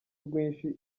rwinshi